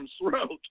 throat